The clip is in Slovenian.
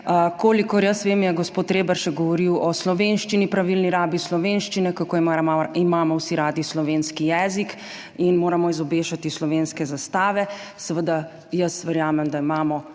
Kolikor jaz vem, je gospod Reberšek govoril o slovenščini, pravilni rabi slovenščine, kako imamo vsi radi slovenski jezik in moramo izobešati slovenske zastave. Seveda jaz verjamem, da imamo